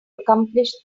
accomplish